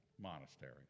monastery